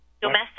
domestic